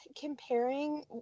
comparing